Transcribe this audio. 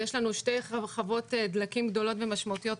יש לנו שתי חברות דלקים גדולות ומשמעותיות,